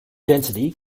density